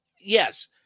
Yes